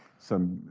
some,